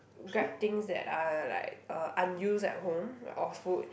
grab things that are like uh unused at home or food